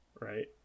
right